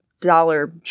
dollar